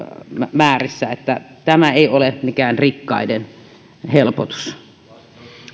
määrissä tämä ei ole mikään rikkaiden helpotus